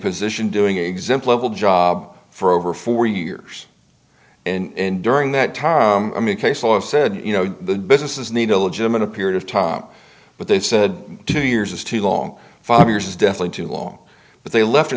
position doing exemplary job for over four years and during that time case law said you know the businesses need a legitimate a period of time but they said two years is too long five years is definitely too long but they left in